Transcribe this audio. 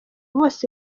bose